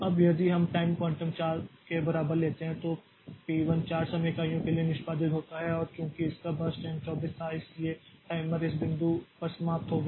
अब यदि हम टाइम क्वांटम 4 के बराबर लेते हैं तो P1 4 समय इकाइयों के लिए निष्पादित होता है और चूंकि इसका बर्स्ट टाइम 24 था इसलिए टाइमर इस बिंदु पर समाप्त हो गया